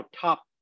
top